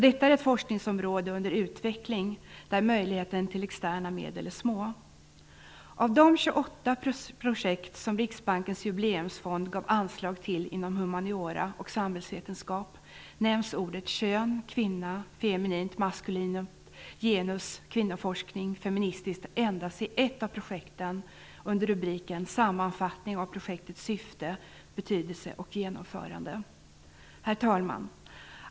Detta är ett forskningsområde under utveckling där möjligheten till externa medel är små. Av de 28 projekt som Riksbankens jubileumsfond gav anslag till inom humaniora och samhällsvetenskap nämns ordet kön, kvinna, feminint, maskulint, genus, kvinnoforskning och feministiskt endast i ett av projekten under rubriken Sammanfattning av projektets syfte, betydelse och genomförande. Herr talman!